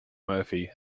murphy